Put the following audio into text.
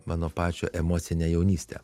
mano pačio emocinę jaunystę